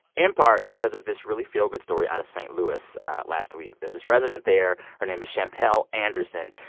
in part, because of this really feel-good story out of st. louis last week. there's this resident there. her name is champale anderson.